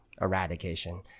eradication